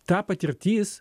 ta patirtis